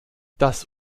das